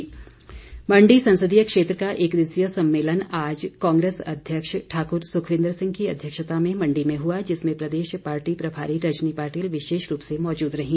कांग्रेस मंडी संसदीय क्षेत्र का एक दिवसीय सम्मेलन आज कांग्रेस अध्यक्ष ठाकुर सुखविंदर सिंह की अध्यक्षता में मंडी में हुआ जिसमें प्रदेश पार्टी प्रभारी रजनी पाटिल विशेष रूप से मौजूद रहीं